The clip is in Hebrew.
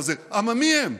אבל זה: עממי הם?